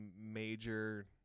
major